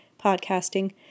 podcasting